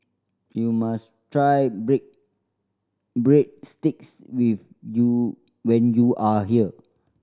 you must try Breadsticks you when you are here